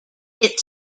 its